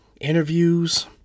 interviews